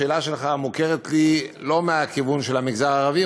השאלה שלך מוכרת לי לא מהכיוון של המגזר הערבי,